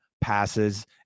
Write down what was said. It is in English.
passes